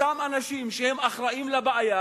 אותם אנשים שהיו אחראים לבעיה,